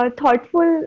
thoughtful